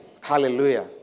Hallelujah